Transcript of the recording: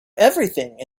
everything